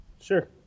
Sure